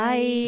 Bye